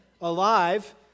alive